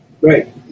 Right